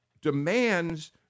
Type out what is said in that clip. demands